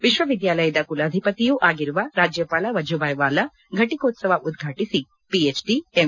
ವಿಶ್ವವಿದ್ದಾಲಯದ ಕುಲಾಧಿಪತಿಯೂ ಆಗಿರುವ ರಾಜ್ಯಪಾಲ ವಝುಬಾಯಿವಾಲ ಫಟಕೋತ್ಸವ ಉದ್ವಾಟು ಪಿಹೆಚ್ಡಿ ಎಂ